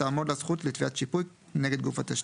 תעמוד לה זכות לתביעת שיפוי נגד גוף התשתית.